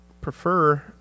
prefer